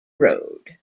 road